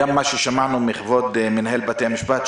גם מה ששמענו מכבוד מנהל בתי המשפט,